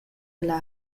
ella